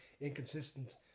inconsistent